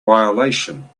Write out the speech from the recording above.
violation